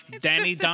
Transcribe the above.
Danny